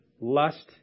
lust